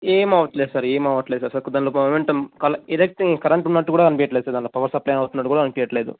ఏం అవట్లేదు సార్ ఏం అవట్లేదు సార్ దాన్లో కొద్ది పొవెంటం కళ్ ఏదైతే కరెంటు ఉన్నట్టు కూడా అనిపీయట్లేదు సార్ దాంట్లో పవర్ సప్లై అవుతున్నట్లు కూడా అనిపీయట్లేదు